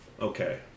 Okay